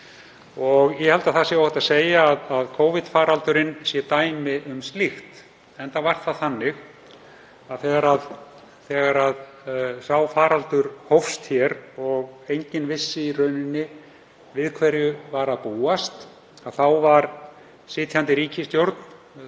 og ég held að það sé óhætt að segja að Covid-faraldurinn sé dæmi um slíkt. Enda var það þannig þegar sá faraldur hófst hér og enginn vissi í rauninni við hverju var að búast að þáverandi sitjandi ríkisstjórn,